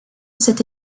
cette